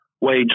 wage